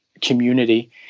community